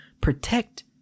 protect